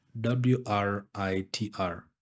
W-R-I-T-R